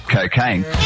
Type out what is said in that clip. Cocaine